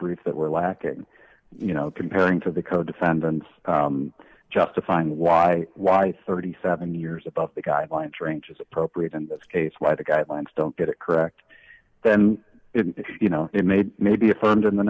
brief that we're lacking you know comparing to the co defendants justifying why why i thirty seven years above the guidelines ranges appropriate in this case why the guidelines don't get it correct then you know it may be may be affirmed in the